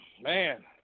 man